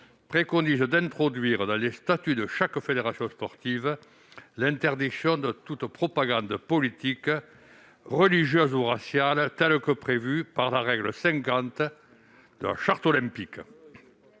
préconise d'introduire dans les statuts de chaque fédération sportive l'interdiction de toute propagande politique, religieuse ou raciale, telle qu'elle est prévue par la règle 50 de la Charte olympique.